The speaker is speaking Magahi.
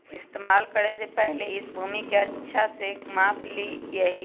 इस्तेमाल करे से पहले इस भूमि के अच्छा से माप ली यहीं